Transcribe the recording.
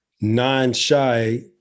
non-shy